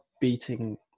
beating